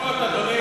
תשוקות, אדוני.